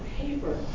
paper